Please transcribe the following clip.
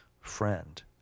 friend